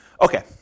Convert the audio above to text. Okay